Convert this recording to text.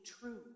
true